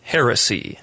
Heresy